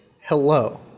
Hello